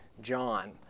John